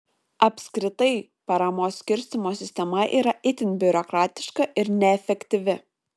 apskritai paramos skirstymo sistema yra itin biurokratiška ir neefektyvi